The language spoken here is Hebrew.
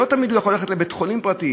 הוא לא תמיד יכול ללכת לבית-חולים פרטי.